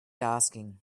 asking